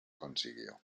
consiguió